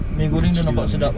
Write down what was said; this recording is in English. mee goreng here man